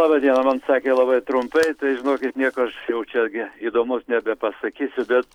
labą dieną man sakė labai trumpai tai žinokit nieko aš jau čia gi įdomaus nebepasakysiu bet